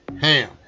ham